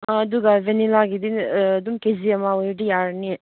ꯑꯗꯨꯒ ꯚꯦꯅꯤꯜꯂꯥꯒꯤꯗꯨꯅ ꯑꯗꯨꯝ ꯀꯦ ꯖꯤ ꯑꯃ ꯑꯣꯏꯔꯗꯤ ꯌꯥꯔꯅꯤ